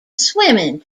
swimming